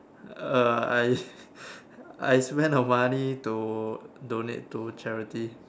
uh I I spend my money to donate to charity